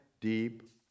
deep